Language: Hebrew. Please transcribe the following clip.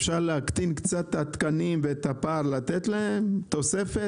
אפשר להקטין את מספר התקנים ולתת להם את התוספת,